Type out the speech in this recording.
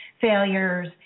failures